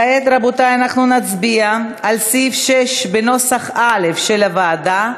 כעת נצביע על סעיף 6 בנוסח א' של הוועדה,